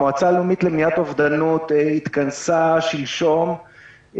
המועצה הלאומית למניעת אובדנות התכנסה שלשום,